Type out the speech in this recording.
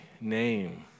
name